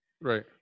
Right